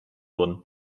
wurden